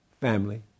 family